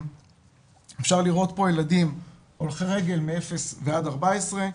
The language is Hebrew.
אפשר לראות פה ילדים הולכי רגל מגיל 0-14,